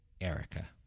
Erica